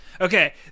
Okay